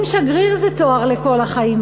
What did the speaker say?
אם שגריר זה תואר לכל החיים,